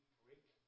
break